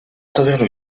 travers